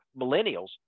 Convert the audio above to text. millennials